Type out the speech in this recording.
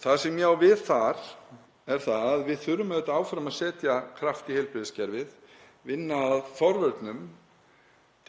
Það sem ég á við þar er að við þurfum áfram að setja kraft í heilbrigðiskerfið, vinna að forvörnum